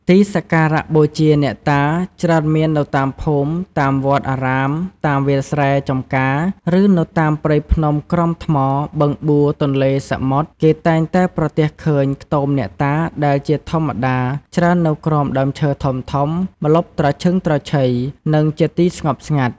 ទីសក្ការៈបូជាអ្នកតា ច្រើនមាននៅតាមភូមិ តាមវត្ដ អារាមតាមវាលស្រែ ចំការ ឬនៅតាម ព្រៃភ្នំក្រំថ្ម បឹងបួរ ទន្លេ សមុទ្រ គេតែងប្រទះឃើញខ្ទមអ្នកតាដែលជាធម្មតាច្រើននៅក្រោមដើមឈើធំៗម្លប់ត្រឈឹងត្រឈៃ និងជាទីស្ងប់ស្ងាត់។